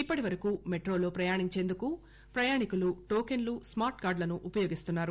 ఇప్పటి వరకు మెట్రోలో ప్రపయాణించేందుకు ప్రయాణికులు టోకెన్లు స్మార్ట్ కార్డులను ఉపయోగిస్తున్నారు